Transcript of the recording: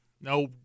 No